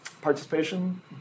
participation